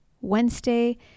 Wednesday